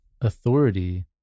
authority